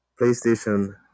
PlayStation